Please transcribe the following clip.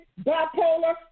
bipolar